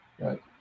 Right